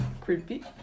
Creepy